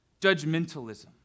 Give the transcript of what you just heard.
judgmentalism